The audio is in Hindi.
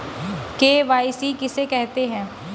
के.वाई.सी किसे कहते हैं?